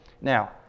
Now